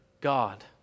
God